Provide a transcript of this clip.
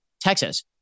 Texas